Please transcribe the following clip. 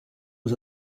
was